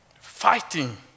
fighting